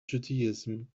judaism